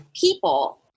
people